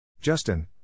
Justin